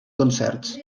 concerts